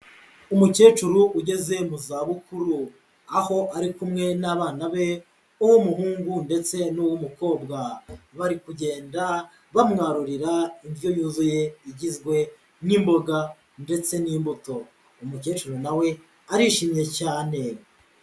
Umukecuru ugeze mu za bukuru, aho ari kumwe n'abana be, uw'umuhungu ndetse n'uw'umukobwa, bari kugenda bamwarurira indyo yuzuye, igizwe n'imboga ndetse n'imbuto. Umukecuru na we arishimye cyane.